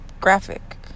graphic